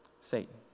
Satan